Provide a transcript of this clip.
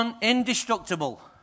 indestructible